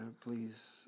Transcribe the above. please